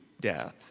death